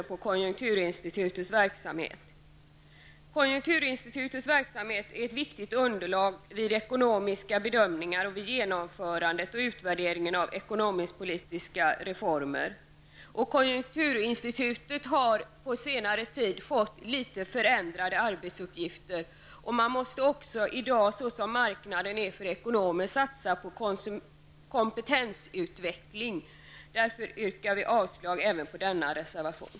Konjunkturinstitutets verksamhet ger ett riktigt underlag vid ekonomiska bedömningar och vid genomförandet och utvärderingen av ekonomiskpolitiska reformer. Konjunkturinstitutet har på senare tid fått litet förändrade arbetsuppgifter, och man måste också i dag, såsom marknaden är för ekonomer, satsa på kompetensutveckling. Vi yrkar därför avslag även på denna reservation.